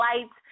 lights